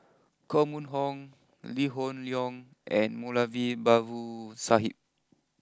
Koh Mun Hong Lee Hoon Leong and Moulavi Babu Sahib